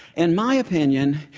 in my opinion,